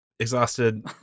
exhausted